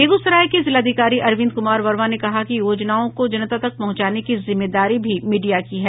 बेगूसराय के जिलाधिकारी अरविंद कुमार वर्मा ने कहा है कि योजनाओं को जनता तक पहंचाने की जिम्मेदारी भी मीडिया की है